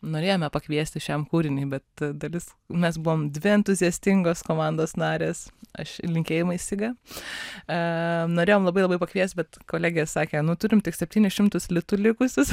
norėjome pakviesti šiam kūriniui bet dalis mes buvom dvi entuziastingos komandos narės aš linkėjimai siga norėjom labai labai pakviest bet kolegė sakė nu turim tik septynis šimtus litų likusius